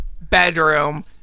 bedroom